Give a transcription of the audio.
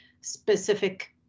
specific